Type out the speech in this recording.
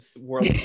world